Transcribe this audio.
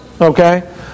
okay